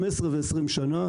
15 ו-20 שנים,